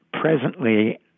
presently